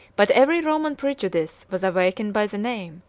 but every roman prejudice was awakened by the name,